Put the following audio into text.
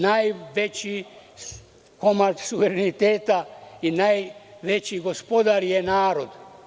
Najveći komad suvereniteta i najveći gospodar je narod.